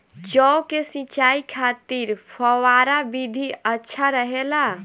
जौ के सिंचाई खातिर फव्वारा विधि अच्छा रहेला?